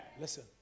listen